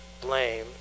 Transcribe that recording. blame